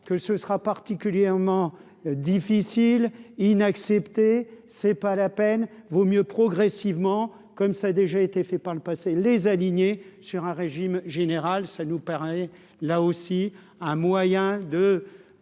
que ce sera particulièrement difficile, il n'acceptez, c'est pas la peine, vaut mieux progressivement comme ça déjà été fait par le passé les aligner sur un régime général, ça nous paraît là aussi un moyen de